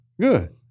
Good